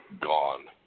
Gone